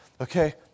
Okay